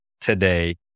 today